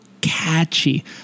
catchy